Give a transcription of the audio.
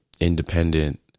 independent